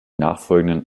nachfolgenden